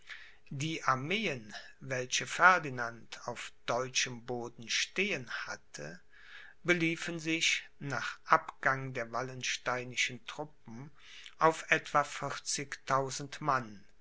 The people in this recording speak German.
die armeen welche ferdinand auf deutschem boden stehen hatte beliefen sich nach abgang der wallensteinischen truppen auf etwa vierzigtausend mann